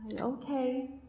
Okay